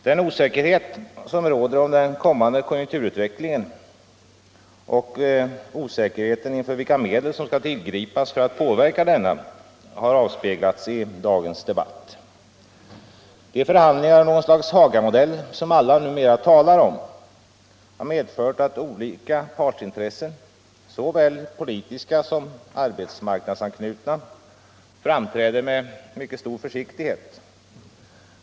Den osäkerhet som råder om den kommande konjunkturutvecklingen och osäkerheten inför vilka medel som skall tillgripas för att påverka utvecklingen har avspeglats i dagens debatt. De förhandlingar av något slags Hagamodell som alla numera talar om har medfört att olika partsintressen — såväl politiska som arbetsmarknadsanknutna — framträder med stor försiktighet.